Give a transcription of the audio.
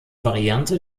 variante